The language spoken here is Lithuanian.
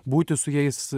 būti su jais